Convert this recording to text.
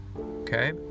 Okay